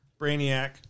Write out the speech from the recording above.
Brainiac